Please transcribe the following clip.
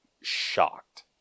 shocked